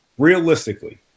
realistically